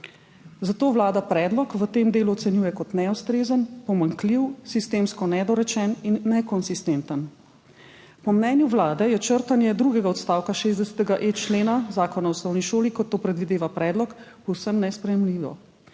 Zato Vlada predlog v tem delu ocenjuje kot neustrezen, pomanjkljiv, sistemsko nedorečen in nekonsistenten. Po mnenju Vlade je črtanje drugega odstavka 60.e člena Zakona o osnovni šoli, kot to predvideva predlog, povsem nesprejemljivo.